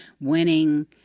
winning